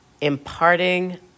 imparting